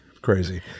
crazy